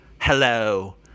hello